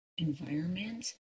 environment